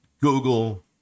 Google